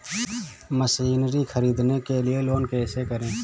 Machinery ख़रीदने के लिए लोन कैसे करें?